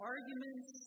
Arguments